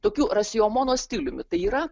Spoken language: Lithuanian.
tokiu rasiomono stiliumi tai yra